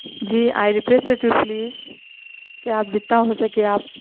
G I request you to please کہ آپ جتنا ہو سکے آپ